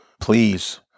please